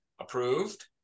approved